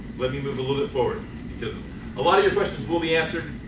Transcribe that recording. let me move a little bit forward because a lot of your questions will be answered.